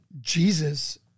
Jesus